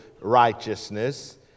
righteousness